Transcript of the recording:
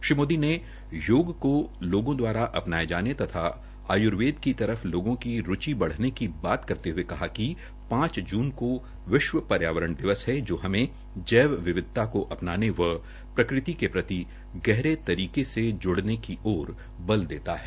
श्री मोदी ने योग को लोगों द्वारा अपनाये जाने तथा आय्र्वेद की तरफ लोगों की रूचि बढ़न्ने की बात करते हये कहा कि पांच जून को विश्व पर्यावरण दिवस है जो हमें जैव विविधता को अपनाने व प्रकृति के प्रति गहरे तरीके से जुड़ने की ओर बल देता है